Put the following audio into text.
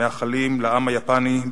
אנו מאחלים לעם היפני,